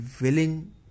willing